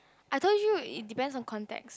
I told you it depend on context